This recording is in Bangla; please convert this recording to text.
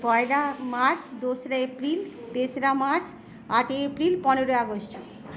পয়লা মার্চ দোসরা এপ্রিল তেশরা মার্চ আটই এপ্রিল পনেরোই আগস্ট